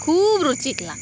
खूब रुचीक लागता